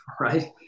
right